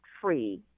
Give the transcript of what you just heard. free